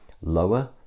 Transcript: Lower